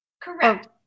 Correct